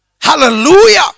Hallelujah